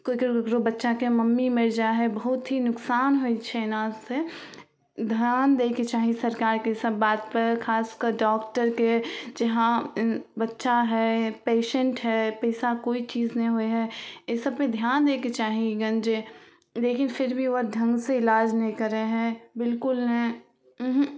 ककरो ककरो बच्चाके मम्मी मरि जाइ हइ बहुत ही नोकसान हइ छै एनासे धिआन दैके चाही सरकारके ईसब बातपर खासकऽ डॉक्टरके जे हँ बच्चा हइ पेशेन्ट हइ पइसा कोइ चीज नहि होइ हइ एहि सबपर धिआन दैके चाही गन जे लेकिन फिर भी ओकरा ढङ्गसे इलाज नहि करै हइ बिलकुल नहि उहुँ